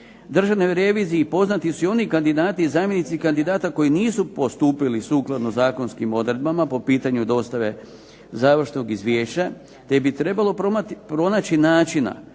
Državnoj reviziji poznati su i oni kandidati i zamjenici kandidata koji nisu postupili sukladno zakonskim odredbama po pitanju dostave završnog izvješća, te bi trebalo pronaći načina